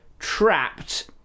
trapped